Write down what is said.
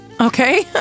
okay